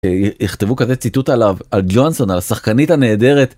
יכתבו כזה ציטוט עליו, על ג'והנסון, על השחקנית הנהדרת.